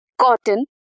cotton